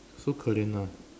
so 可怜 ah